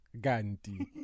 Gandhi